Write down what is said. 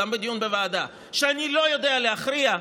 וגם בדיון בוועדה: אני לא יודע להכריע,